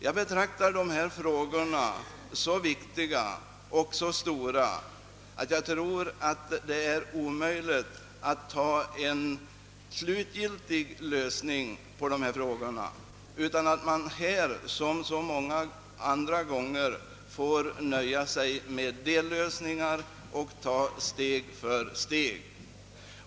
Jag betraktar dessa frågor som så viktiga och så stora, att det är omöjligt att slutgiltigt lösa dem på en gång. I detta liksom i så många andra fall får man nöja sig med dellösningar och ta steg för steg.